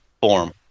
form